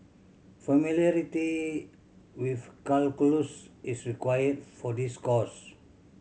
familiarity with calculus is required for this course